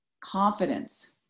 confidence